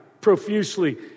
profusely